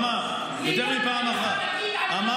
אמר, יותר מפעם אחת.